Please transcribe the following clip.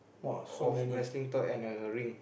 of wrestling toy and like a ring